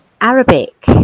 Arabic